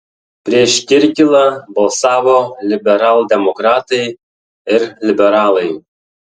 prieš kirkilą balsavo liberaldemokratai ir liberalai